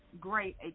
great